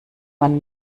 man